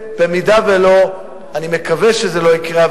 בנושא: האם מדינת ישראל מוכנה לאסון הבא,